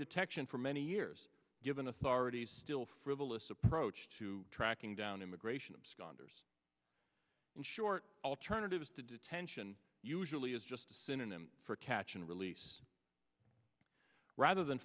detection for many years given authorities still frivolous approach to tracking down immigration absconders and short alternatives to detention usually is just a synonym for catch and release rather than